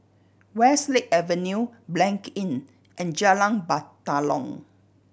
Westlake Avenue Blanc Inn and Jalan Batalong